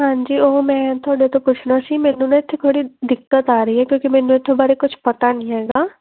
ਹਾਂਜੀ ਉਹ ਮੈਂ ਤੁਹਾਡੇ ਤੋਂ ਪੁੱਛਣਾ ਸੀ ਮੈਨੂੰ ਨਾ ਇੱਥੇ ਥੋੜ੍ਹੀ ਦਿੱਕਤ ਆ ਰਹੀ ਕਿਉਂਕਿ ਮੈਨੂੰ ਇੱਥੋਂ ਬਾਰੇ ਕੁਝ ਪਤਾ ਨਹੀਂ ਹੈਗਾ